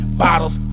bottles